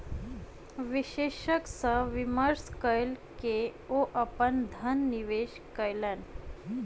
विशेषज्ञ सॅ विमर्श कय के ओ अपन धन निवेश कयलैन